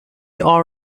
are